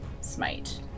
smite